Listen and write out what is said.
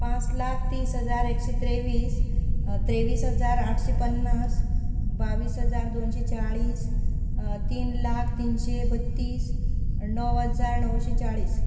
पांंच लाख तीस हजार एकशें त्रेवीस त्रेवीस हजार आठशें पन्नास बावीस हजार दोनशें चाळीस तीन लाख तीनशें बत्तीस णव हजार णवशें चाळीस